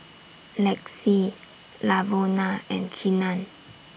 Lexi Lavona and Keenan